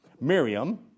Miriam